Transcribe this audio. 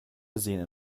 sehen